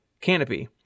canopy